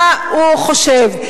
מה הוא חושב?